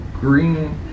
green